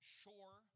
sure